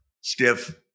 stiff